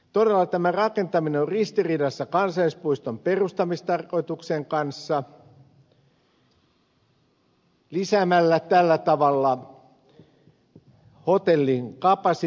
todella tämä rakentaminen on ristiriidassa kansallispuiston perustamistarkoituksen kanssa lisäämällä tällä tavalla hotellin kapasiteettia